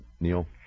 Neil